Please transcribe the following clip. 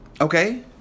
okay